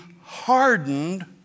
hardened